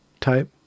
type